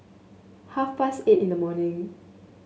half past eight in the morning